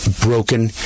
broken